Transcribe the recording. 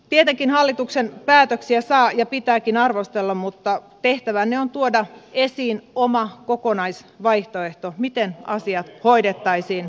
tietenkin hallituksen päätöksiä saa ja pitääkin arvostella mutta tehtävänne on tuoda esiin oma kokonaisvaihtoehto miten asiat hoidettaisiin paremmin